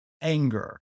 anger